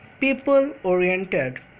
people-oriented